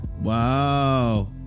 Wow